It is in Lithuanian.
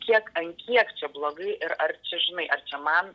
kiek ant kiek čia blogai ir ar čia žinai ar čia man